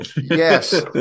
Yes